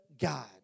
God